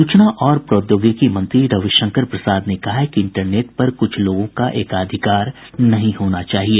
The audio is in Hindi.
सूचना और प्रौद्योगिकी मंत्री रविशंकर प्रसाद ने कहा है कि इंटरनेट पर कुछ लोगों का एकाधिकार नहीं होना चाहिए